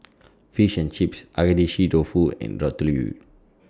Fish and Chips Agedashi Dofu and Ratatouille